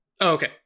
okay